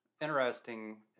interesting